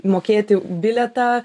mokėti bilietą